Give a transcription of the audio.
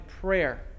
prayer